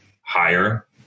higher